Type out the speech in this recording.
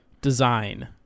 design